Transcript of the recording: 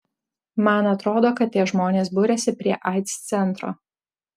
man atrodo kad tie žmonės buriasi prie aids centro